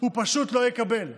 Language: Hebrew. הוא פשוט לא יקבל.